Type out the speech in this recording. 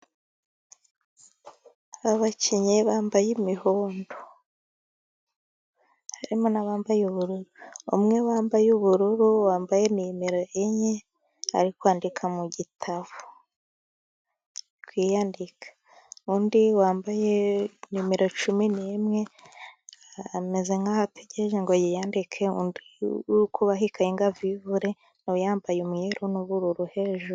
Abakinnyi bambaye imihondo harimo n'abambaye ubururu, umwe wambaye ubururu wambaye nimero enye ari kwandika mu gitabo ari kwiyandika, undi wambaye nimero cumi ni imwe, ameza nkaho ategereje ngo yiyandike, undi uri kubaha ikayi ngo avivure nawe yambaye umweru n'ubururu hejuru.